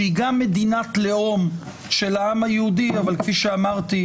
שהיא גם מדינת לאום של העם היהודי אבל כפי שאמרתי,